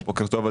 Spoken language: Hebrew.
בוקר טוב,